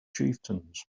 chieftains